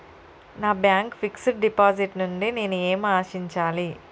నా bank fixed deposit నుండి నేను ఏమి ఆశించాలి?